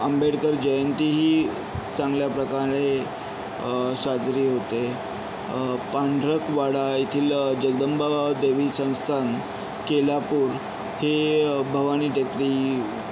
आंबेडकर जयंतीही चांगल्या प्रकारे साजरी होते पांढरकवडा येथील जगदंबा देवी संस्थान केलापूर हे भवानी टेकडी